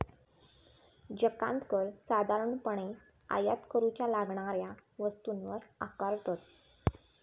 जकांत कर साधारणपणे आयात करूच्या लागणाऱ्या वस्तूंवर आकारतत